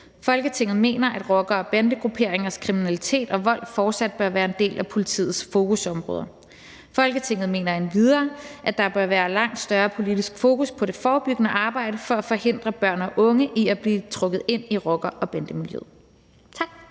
Folketinget mener, at rockere og bandegrupperingers kriminalitet og vold fortsat bør være et af politiets fokusområder. Folketinget mener endvidere, at der bør være langt større politisk fokus på det forebyggende arbejde for at forhindre børn og unge i at blive trukket ind i rocker- og bandemiljøet.«